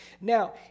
now